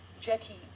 Jetty